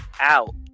out